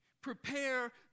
Prepare